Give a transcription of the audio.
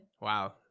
Wow